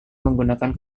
menggunakan